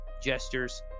gestures